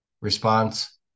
Response